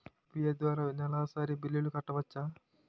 UPI ద్వారా నెలసరి బిల్లులు కట్టవచ్చా?